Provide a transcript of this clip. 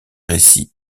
récits